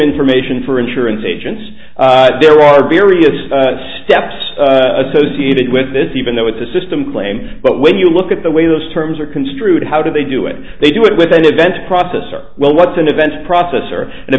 information for insurance agents there are various steps associated with this even though it's a system claim but when you look at the way those terms are construed how do they do it they do it with an event processor well what's an event processor and